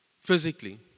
physically